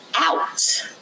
out